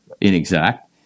inexact